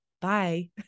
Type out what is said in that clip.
bye